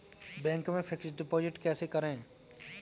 Bank में fix deposit कैसे करें?